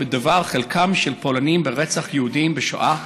בדבר חלקם של פולנים ברצח היהודים בשואה,